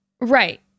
Right